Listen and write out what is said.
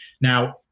Now